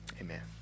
amen